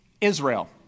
Israel